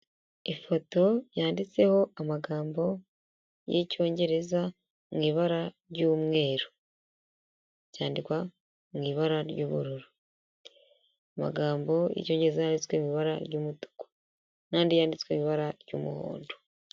Ifoto yanditseho amagambo y'icyongereza mu ibara ry'umweru, byandikwa mu ibara ry'ubururu, amagambo y'icyongereza yanditswe mu ibara ry'umutuku n'andi yanditswe ibara ry'umuhondo.